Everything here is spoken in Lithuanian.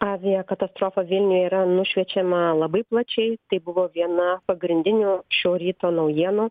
aviakatastrofa vilniuje yra nušviečiama labai plačiai tai buvo viena pagrindinių šio ryto naujienų